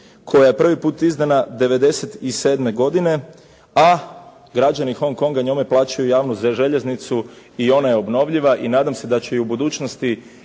koja je prvi puta izdana '97. godine, a građani Hong Konga njome plaćaju javnost za željeznicu i ona je obnovljiva i nadam se da će u budućnosti